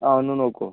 ആ ഒന്ന് നോക്കുമോ